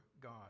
God